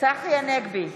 צחי הנגבי,